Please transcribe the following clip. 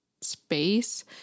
space